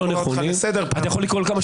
אני קורא אותך לסדר- -- אתה יכול לקרוא לסדר.